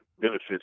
benefits